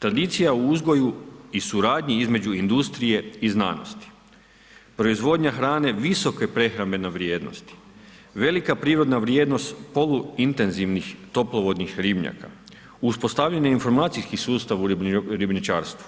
Tradicija u uzgoju i suradnji između industrije i znanosti, proizvodnja hrane visoke prehrambene vrijednosti, velika prirodna vrijednost poluintenzivnih toplovodnih ribnjaka, uspostavljen je informacijski sustav u ribničarstvu,